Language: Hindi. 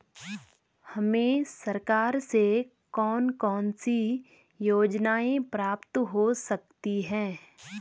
हमें सरकार से कौन कौनसी योजनाएँ प्राप्त हो सकती हैं?